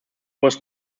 was